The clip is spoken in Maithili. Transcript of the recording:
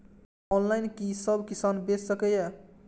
ऑनलाईन कि सब किसान बैच सके ये?